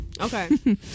okay